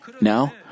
Now